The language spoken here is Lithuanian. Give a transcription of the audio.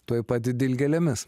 tuoj pat dilgėlėmis